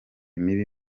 mibi